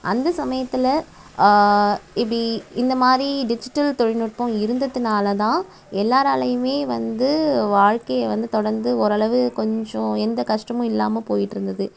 அந்த சமயத்தில் இப்படி இந்தமாதிரி டிஜிட்டல் தொழில்நுட்பம் இருந்தத்துனால்தான் எல்லோராலையுமே வந்து வாழ்க்கையை வந்து தொடர்ந்து ஓரளவு கொஞ்சம் எந்த கஷ்டமாகவும் இல்லாமல் போயிகிட்டு இருந்தது